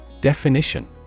Definition